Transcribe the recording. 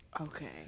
Okay